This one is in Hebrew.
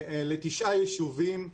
לתשעה יישובים,